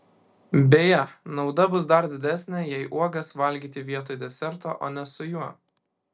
beje nauda bus dar didesnė jei uogas valgyti vietoj deserto o ne su juo